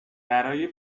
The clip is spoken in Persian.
برای